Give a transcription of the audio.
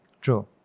True